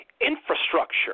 infrastructure